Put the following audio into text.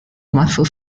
muscle